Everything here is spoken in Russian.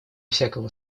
всякого